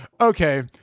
okay